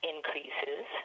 increases